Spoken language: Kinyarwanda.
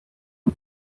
kwa